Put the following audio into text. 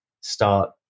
start